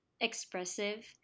expressive